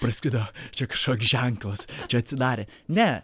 praskrido čia kažkoks ženklas čia atsidarė ne